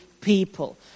people